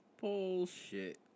Bullshit